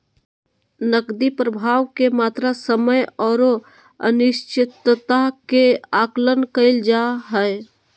नकदी प्रवाह के मात्रा, समय औरो अनिश्चितता के आकलन कइल जा हइ